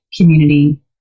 community